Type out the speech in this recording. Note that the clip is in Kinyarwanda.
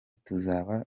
tuzaba